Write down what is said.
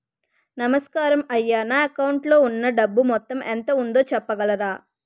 నమస్కారం అయ్యా నా అకౌంట్ లో ఉన్నా డబ్బు మొత్తం ఎంత ఉందో చెప్పగలరా?